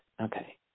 Okay